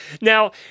Now